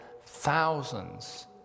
thousands